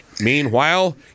Meanwhile